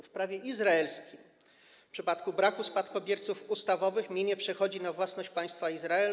W prawie izraelskim w przypadku braku spadkobierców ustawowych mienie przechodzi na własność państwa Izrael.